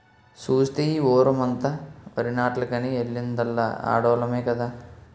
సూస్తే ఈ వోరమంతా వరినాట్లకని ఎల్లిందల్లా ఆడోల్లమే కదా